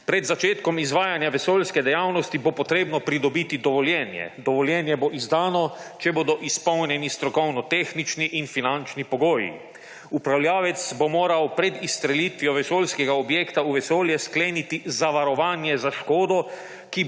Pred začetkom izvajanja vesoljske dejavnosti bo treba pridobiti dovoljenje. Dovoljenje bo izdano, če bodo izpolnjeni strokovno-tehnični in finančni pogoji. Upravljavec bo moral pred izstrelitvijo vesoljskega objekta v vesolje skleniti zavarovanje za škodo,